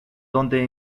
donde